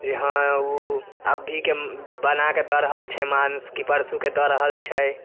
जे हँ ओ अभीके बनाकऽ दऽ रहल छै माँसु कि परसूके दऽ रहल छै